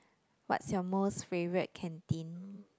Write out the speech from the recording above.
what's your most favourite canteen